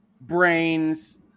Brains